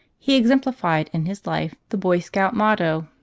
he exemplified in his life the boy scout motto,